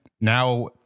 now